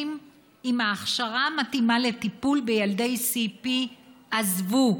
עם ההכשרה המתאימה לטיפול בילדי CP עזבו.